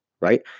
right